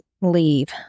leave